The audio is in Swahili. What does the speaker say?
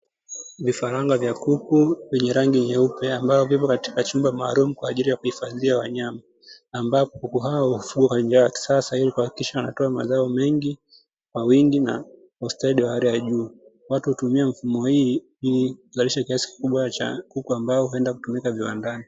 Vifaranga vya kuku vyenye rangi nyeupe ambavyo vipo katika chumba maalumu kwa ajili ya kuhifadhia wanyama, ambapo kuku hao hufugwa kwa njia ya kisasa ili kuhakikisha wanatoa mazao mengi kwa wingi na ustadi wa hali ya juu. Watu hutumia mifumo hii ili kuzalisha kuku ambao huenda kutumika viwandani.